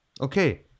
Okay